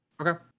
Okay